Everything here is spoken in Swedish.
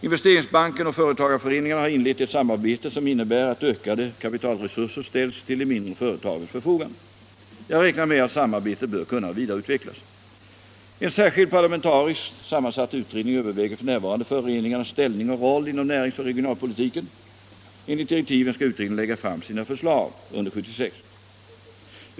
Investeringsbanken och företagareföreningarna har inlett ett samarbete som innebär att ökade kapitalresurser ställs till de mindre företagens förfogande. Jag räknar med att samarbetet bör kunna vidareutvecklas. En särskild parlamentariskt sammansatt utredning överväger f.n. föreningarnas ställning och roll inom näringsoch regionalpolitiken. Enligt direktiven skall utredningen lägga fram sina förslag under år 1976.